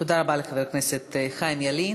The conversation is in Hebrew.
תודה רבה לחבר הכנסת חיים ילין.